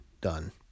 Done